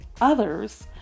others